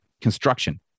construction